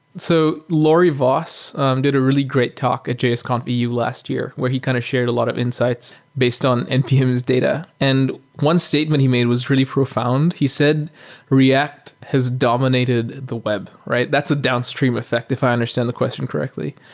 so laurie voss um did a really great talk at jsconf eu last year where he kind of shared a lot of insights based on npm's data, and one statement he made was really profound. he said react has dominated the web, right? that's a downstream effect if i understand the question correctly.